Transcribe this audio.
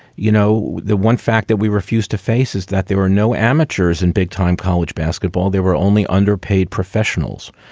you know, the one fact that we refuse to face is that there were no amateurs amateurs in big time college basketball. there were only underpaid professionals.